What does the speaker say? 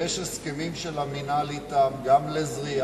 שיש הסכמים של המינהל אתם גם לזריעה,